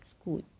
school